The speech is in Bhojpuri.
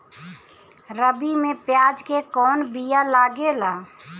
रबी में प्याज के कौन बीया लागेला?